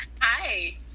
Hi